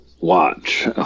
watch